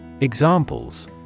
Examples